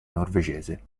norvegese